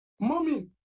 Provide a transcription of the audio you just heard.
Mummy